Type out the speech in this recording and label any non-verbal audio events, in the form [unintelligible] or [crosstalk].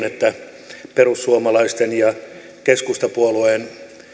[unintelligible] että perussuomalaisten ja keskustapuolueen